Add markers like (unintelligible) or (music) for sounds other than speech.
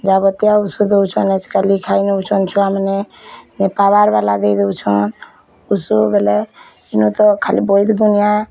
ଯାବତତୀୟ ଔଷଧ (unintelligible) ଖାଲି ଖାଇ ନେଉଛନ୍ତି ଛୁଆମାନେ କବାର୍ ବାଲା ଦେଇ ଦେଉଛନ୍ ଔଷଧ ଦେଲେ ୟୁଁ ତ ଖାଲି ବୈଦ୍ୟ ଗୁଣିଆ